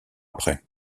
après